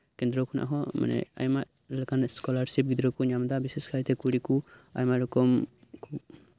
ᱠᱮᱱᱫᱨᱚ ᱠᱷᱚᱱᱟᱜ ᱦᱚᱸ ᱢᱟᱱᱮ ᱟᱭᱢᱟ ᱞᱮᱠᱟᱱ ᱥᱠᱚᱞᱟᱨ ᱥᱮ ᱜᱤᱫᱽᱨᱟᱹ ᱠᱚᱠᱚ ᱧᱟᱢ ᱮᱫᱟ ᱵᱤᱥᱮᱥ ᱠᱟᱭᱛᱮ ᱠᱩᱲᱤ ᱠᱚ ᱟᱭᱢᱟ ᱨᱚᱠᱚᱢ ᱠᱚ